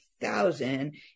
thousand